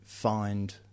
find